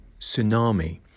tsunami